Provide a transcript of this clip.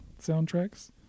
soundtracks